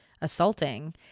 assaulting